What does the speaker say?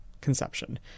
conception